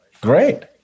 Great